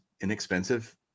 inexpensive